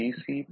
C C